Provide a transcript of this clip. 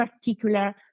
particular